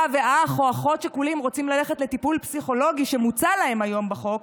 אם אח או אחות שכולים רוצים ללכת לטיפול פסיכולוגי שמוצע להם היום בחוק,